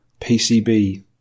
PCB